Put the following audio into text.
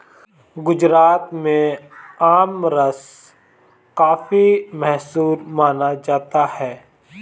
गुजरात में आमरस काफी मशहूर माना जाता है